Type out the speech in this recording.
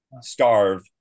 starve